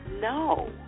no